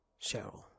Cheryl